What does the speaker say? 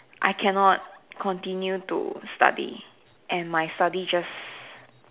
I cannot continue to study and my study just